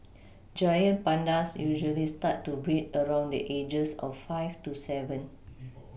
giant pandas usually start to breed around the ages of five to seven